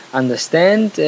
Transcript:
understand